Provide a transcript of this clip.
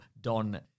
Don